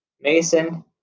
Mason